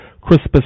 Crispus